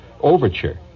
overture